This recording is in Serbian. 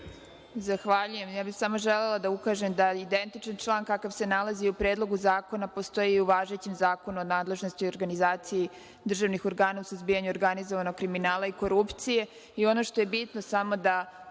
Zahvaljujem. Samo bih želela da ukažem da identičan član kakav se nalazi u Predlogu zakona postoji i u važećem Zakonu o nadležnosti i organizaciji državnih organa u suzbijanju organizovanog kriminala i korupcije. Ono